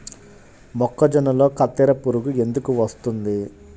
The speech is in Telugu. మొక్కజొన్నలో కత్తెర పురుగు ఎందుకు వస్తుంది?